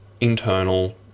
internal